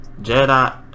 Jedi